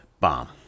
bomb